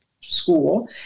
School